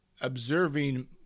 observing